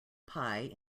pie